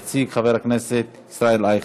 יציג, חבר הכנסת ישראל אייכלר.